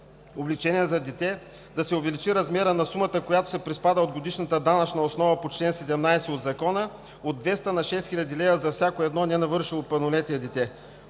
облекчение за дете да се увеличи размерът на сумата, която се приспада от годишната данъчна основа по чл. 17 от Закона от 200 на 6000 лв. за всяко едно ненавършило пълнолетие дете.